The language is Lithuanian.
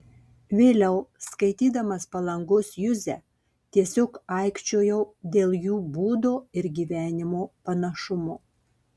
vėliau skaitydamas palangos juzę tiesiog aikčiojau dėl jų būdo ir gyvenimo panašumo